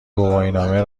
گواهینامه